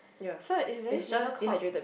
so it's there's this noodle called